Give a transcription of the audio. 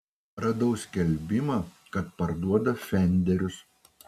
radau skelbimą kad parduoda fenderius